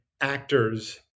actors